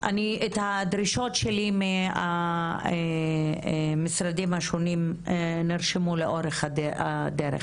הדרישות שלי מהמשרדים השונים נרשמו לאורך הישיבה.